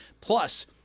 Plus